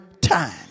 time